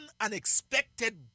unexpected